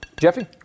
Jeffy